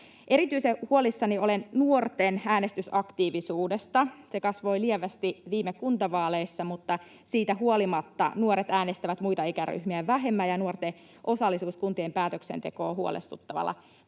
Erityisen huolissani olen nuorten äänestysaktiivisuudesta: Se kasvoi lievästi viime kuntavaaleissa, mutta siitä huolimatta nuoret äänestävät muita ikäryhmiä vähemmän, ja nuorten osallisuus kuntien päätöksentekoon on huolestuttavalla tasolla.